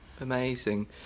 Amazing